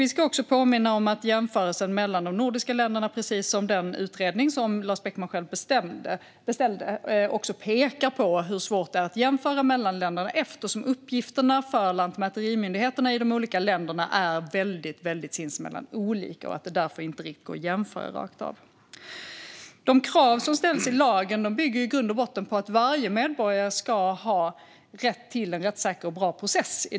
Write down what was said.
Vi ska också påminna om att jämförelsen mellan de nordiska länderna, precis som den utredning som Lars Beckman själv beställde, pekar på hur svårt det är att jämföra mellan länderna eftersom uppgifterna för lantmäterimyndigheterna i de olika länderna är sinsemellan mycket olika. Det går därför inte att jämföra rakt av. De krav som ställs i lagen bygger i grund och botten på att varje medborgare ska ha rätt till en rättssäker och bra process.